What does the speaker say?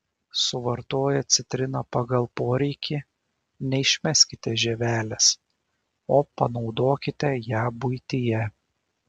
suvartoję citriną pagal poreikį neišmeskite žievelės o panaudokite ją buityje